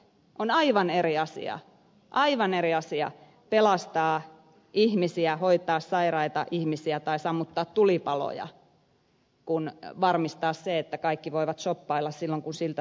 on aivan eri asia aivan eri asia pelastaa ihmisiä hoitaa sairaita ihmisiä tai sammuttaa tulipaloja kuin varmistaa se että kaikki voivat shoppailla silloin kun siltä tuntuu